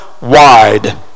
wide